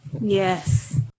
yes